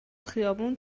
خیابون